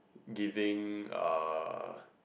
giving uh